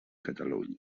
catalunya